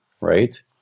right